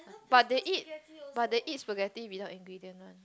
but they eat but they eat spaghetti without ingredient one